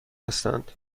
هستند